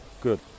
good